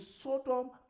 sodom